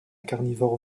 carnivore